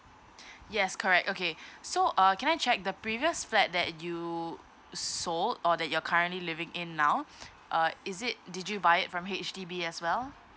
yes correct okay so uh can I check the previous flat that you sold or that you're currently living in now uh is it did you buy it from H_D_B as well